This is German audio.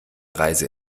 reise